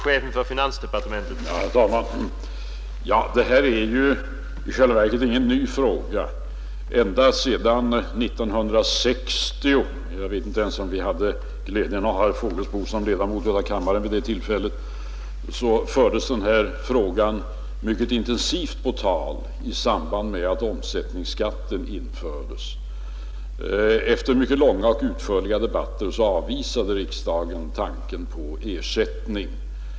Herr talman! Detta är ju i själva verket ingen ny fråga. Redan på 1960-talet — jag vet inte ens om vi hade glädjen att ha herr Fågelsbo som ledamot av riksdagen vid den tidpunkten — diskuterades den mycket intensivt i samband med att omsättningsskatten infördes. Efter mycket långa och utförliga debatter avvisade riksdagen tanken på ersättning.